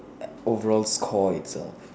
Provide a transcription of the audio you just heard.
overall score it's of